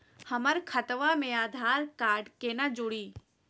हमर खतवा मे आधार कार्ड केना जुड़ी?